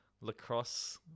lacrosse